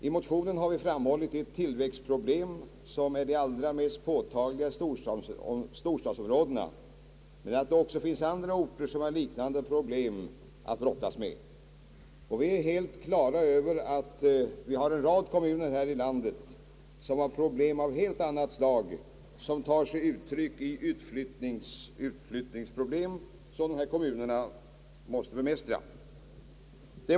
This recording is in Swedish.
I motionen har vi framhållit de tillväxtproblem, som är allra mest påtagliga i storstadsområdena, men det finns också andra orter som har liknande problem att brottas med. Vi är också helt klara över att det finns en rad olika kommuner ute i landet, som har problem av helt annat slag — jag tänker på problemen med utflyttning, som kommunerna måste bemästra.